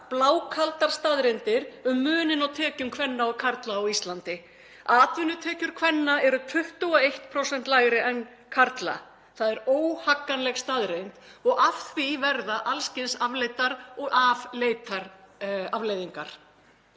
blákaldar staðreyndir um muninn á tekjum kvenna og karla á Íslandi. Atvinnutekjur kvenna eru 21% lægri en karla. Það er óhagganleg staðreynd og af því verða alls kyns afleiddar og afleitar afleiðingar.